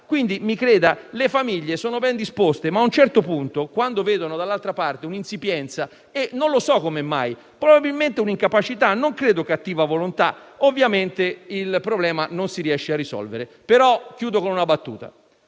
Natale. Mi creda: le famiglie sono ben disposte, ma ad un certo punto, quando vedono dall'altra parte un'insipienza e - non so come mai - probabilmente un'incapacità, non credo cattiva volontà, ovviamente il problema non si riesce a risolvere. Concludo facendo una battuta